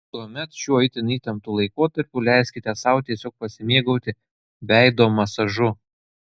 tuomet šiuo itin įtemptu laikotarpiu leiskite sau tiesiog pasimėgauti veido masažu